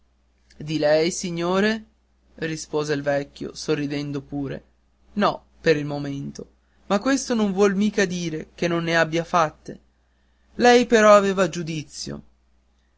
di lei signore rispose il vecchio sorridendo pure no per il momento ma questo non vuol mica dire che non me n'abbia fatte lei però aveva giudizio